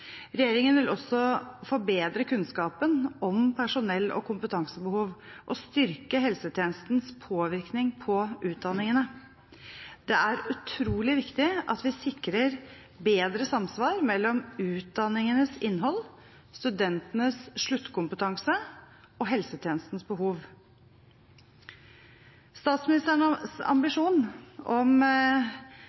Regjeringen vil også forbedre kunnskapen om personell- og kompetansebehov og styrke helsetjenestens påvirkning på utdanningene. Det er utrolig viktig at vi sikrer bedre samsvar mellom utdanningenes innhold, studentenes sluttkompetanse og helsetjenestens behov. Statsministerens ambisjon om